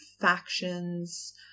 factions